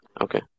Okay